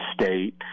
state